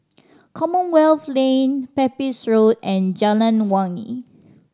Commonwealth Lane Pepys Road and Jalan Wangi